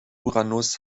uranus